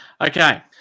Okay